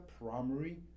primary